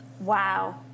wow